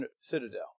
citadel